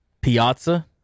Piazza